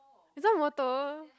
is not motor